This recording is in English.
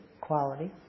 quality